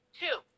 two